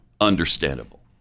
understandable